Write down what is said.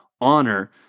honor